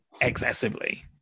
excessively